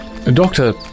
Doctor